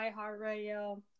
iHeartRadio